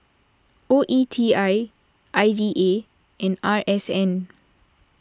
O E T I I D A and R S N